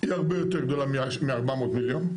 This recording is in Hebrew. היא הרבה יותר גדולה מ-400 מיליון,